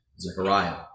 Zechariah